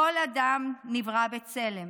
כל אדם נברא בצלם,